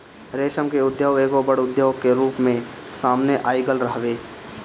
रेशम के उद्योग एगो बड़ उद्योग के रूप में सामने आगईल हवे